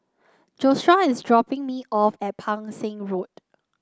Joshua is dropping me off at Pang Seng Road